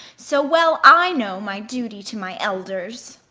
so well i know my duty to my elders.